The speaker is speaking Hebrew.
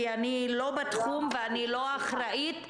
כי אני לא בתחום ואני לא אחראית.